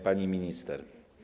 Pani Minister!